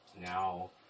now